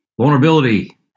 vulnerability